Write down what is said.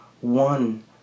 One